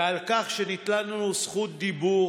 ועל כך שניתנה לנו זכות דיבור